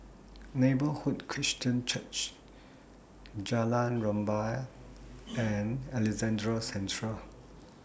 Neighbourhood Christian Church Jalan Rumbia and Alexandra Central